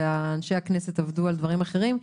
ואנשי הכנסת עבדו על דברים אחרים.